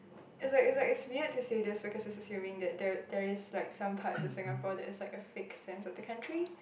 is like is like it's weird to say this because it's assuming that there are there is like some parts of Singapore that is like a fake sense of the country